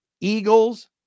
Eagles